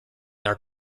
their